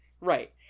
Right